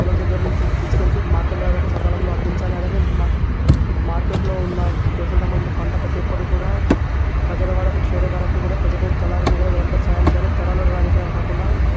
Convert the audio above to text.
పొలం దగ్గర నుంచి తీసుకెళ్తే మార్కెట్ వాళ్లకి సకాలంలో అందించాలి అలాగే మార్కెట్లో ఉన్న వ్యవసాయానికి సంబంధించిన పంట ప్రతి ఒక్కటి కూడా ప్రజల వరకు చేరేవరకు కూడా ప్రతి ఒక్క తలారులు నిరంతరం సహాయం చేయాలి తలారులు రాజకీయం కాకుండా